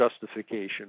justification